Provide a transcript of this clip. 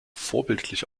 vorbildlich